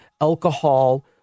alcohol